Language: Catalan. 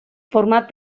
format